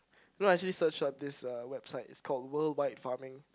you know I actually search up this uh website is called worldwide farming